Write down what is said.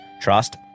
trust